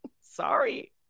Sorry